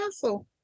castle